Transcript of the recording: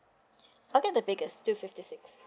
I'll get the biggest two fifty six